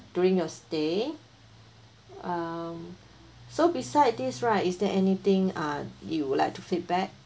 during your stay um so beside this right is there anything ah you would like to feedback